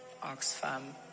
Oxfam